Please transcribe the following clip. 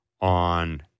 on